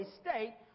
state